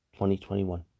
2021